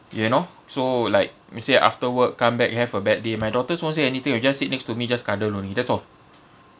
you know so like let's say after work come back have a bad day my daughters won't say anything will just sit next to me just cuddle only that's all